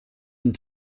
and